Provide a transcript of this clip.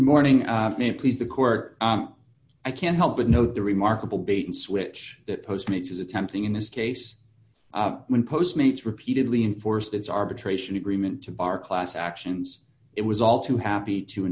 morning may please the court i can't help but note the remarkable bait and switch that post makes is attempting in this case when post mates repeatedly enforced its arbitration agreement to bar class actions it was all too happy to